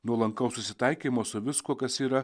nuolankaus susitaikymo su viskuo kas yra